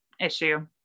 issue